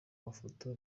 mafoto